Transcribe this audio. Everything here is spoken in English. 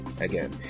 again